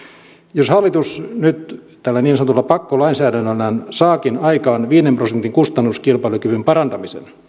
jos hallitus nyt tällä niin sanotulla pakkolainsäädännöllään saakin aikaan viiden prosentin kustannuskilpailukyvyn parantamisen